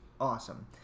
awesome